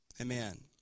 Amen